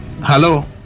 Hello